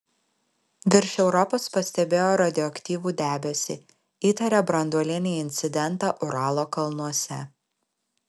virš europos pastebėjo radioaktyvų debesį įtaria branduolinį incidentą uralo kalnuose